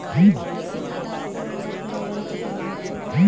लकड़ी के खराब करे वाला कीड़ा बड़ी खतरनाक होला